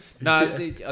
No